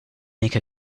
make